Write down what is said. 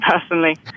personally